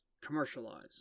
commercialize